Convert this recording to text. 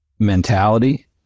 mentality